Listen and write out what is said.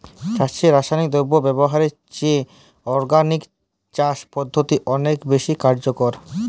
চাষে রাসায়নিক দ্রব্য ব্যবহারের চেয়ে অর্গানিক চাষ পদ্ধতি অনেক বেশি কার্যকর